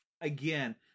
again